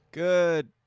Good